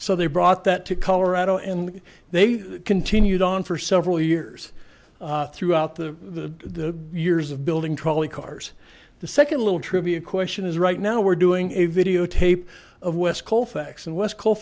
so they brought that to colorado and they've continued on for several years throughout the years of building trolley cars the second little trivia question is right now we're doing a videotape of west colfax and west coast